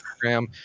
program